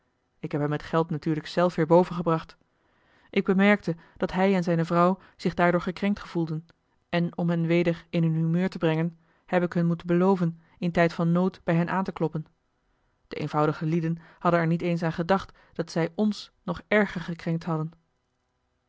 ik heb hem het geld natuurlijk zelf weer bovengebracht ik bemerkte dat hij en zijne vrouw zich daardoor gekrenkt gevoelden en om hen weder in hun humeur te brengen heb ik hun moeten beloven in tijd van nood bij hen aan te kloppen de eenvoudige lieden hadden er niet eens aan gedacht dat zij ons nog erger gekrenkt hadden